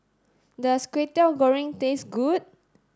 does Kway Teow Goreng taste good